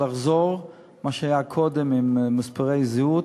לחזור למה שהיה קודם עם מספרי זהות,